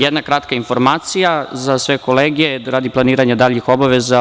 Jedna kratka informacija za sve kolege, radi planiranja daljih obaveza.